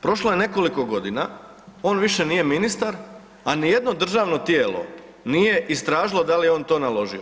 Prošlo je nekoliko godina, on više nije ministar, a ni jedno državno tijelo nije istražio da li je on to naložio.